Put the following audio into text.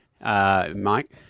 Mike